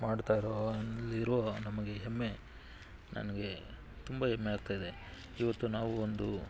ಮಾಡ್ತಾಯಿರೋ ಅಲ್ಲಿ ಇರುವ ನಮಗೆ ಹೆಮ್ಮೆ ನನಗೆ ತುಂಬ ಹೆಮ್ಮೆ ಆಗ್ತಾಯಿದೆ ಇವತ್ತು ನಾವು ಒಂದು